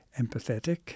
empathetic